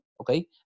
okay